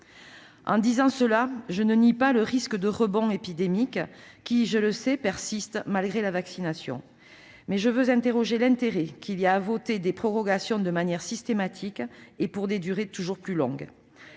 En disant cela, je ne nie pas le risque de rebond épidémique qui, je le sais, persiste malgré la vaccination. Mais je m'interroge sur l'intérêt qu'il y a à voter la prorogation d'un régime exceptionnel, de manière systématique, et pour des durées toujours plus longues.